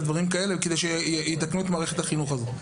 על מנת לתקן את מערכת החינוך הזו?